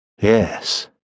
Yes